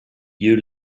you